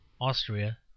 Austria